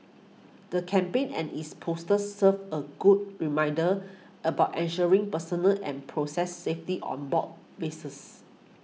the campaign and its posters serve a good reminders about ensuring personal and process safety on board vessels